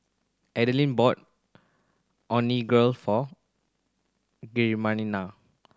Alden bought Onigiri for Georgianna